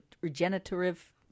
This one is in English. regenerative